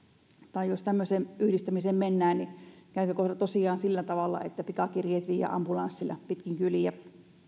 tai jos tämmöiseen yhdistämiseen mennään niin käykö kohta tosiaan sillä tavalla että pikakirjeet viedään ambulanssilla pitkin kyliä